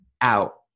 out